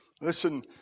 listen